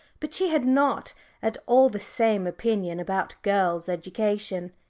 but she had not at all the same opinion about girls' education.